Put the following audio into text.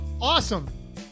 Awesome